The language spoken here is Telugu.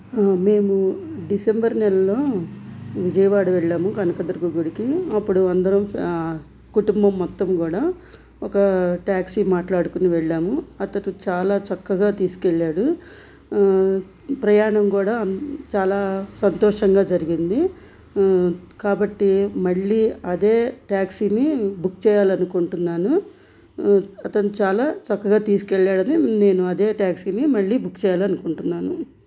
మేము డిసెంబర్ నెలలో విజయవాడ వెళ్ళాము కనకదుర్గ గుడికి అప్పుడు అందరం ఫ్యా కుటుంబం మొత్తం కూడా ఒక టాక్సీ మాట్లాడుకుని వెళ్ళాము అతను చాలా చక్కగా తీసుకెళ్ళాడు ప్రయాణం కూడా చాలా సంతోషంగా జరిగింది కాబట్టి మళ్ళీ అదే ట్యాక్సీని బుక్ చేయాలనుకుంటున్నాను అతను చాలా చక్కగా తీసుకెళ్ళాడని నేను అదే ట్యాక్సీని మళ్ళీ బుక్ చేయాలనుకుంటున్నాను